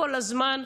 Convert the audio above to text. כל הזמן.